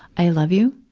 i love you.